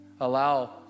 Allow